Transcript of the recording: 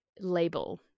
label